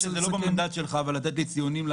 --- אני חושב שזה לא במנדט שלך לתת לי ציונים.